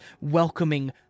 welcoming